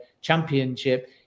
championship